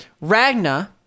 Ragna